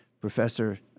Professor